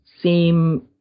seem